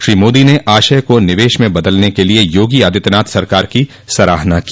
श्री मोदी ने आशय को निवेश में बदलने के लिए योगी आदित्यनाथ सरकार की सराहना की